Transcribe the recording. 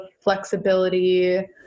flexibility